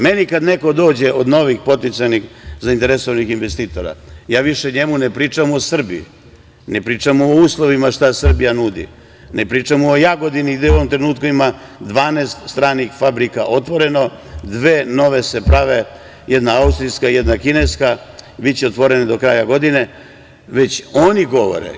Meni kad neko dođe od novih, potencijalnih zainteresovanih investitora, ja više njemu ne pričam o Srbiji, ne pričam o uslovima šta Srbija nudi, ne pričam o Jagodini gde u ovom trenutku ima 12 staranih fabrika, otvoreno, dve nove se prave, jedna austrijska, jedna kineska i biće otvorene do kraja godine, već oni govore.